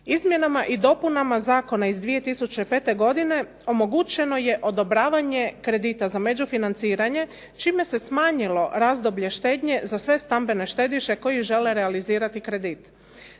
Izmjenama i dopunama Zakona iz 2005. godine omogućeno je odobravanje kredita za međufinanciranje čime se smanjilo razdoblje štednje za sve stambene štediše koji žele realizirati kredit.